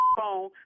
phone